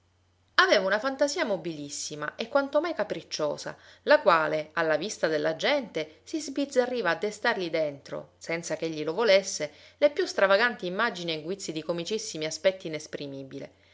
aveva una fantasia mobilissima e quanto mai capricciosa la quale alla vista della gente si sbizzarriva a destargli dentro senza ch'egli lo volesse le più stravaganti immagini e guizzi di comicissimi aspetti inesprimibile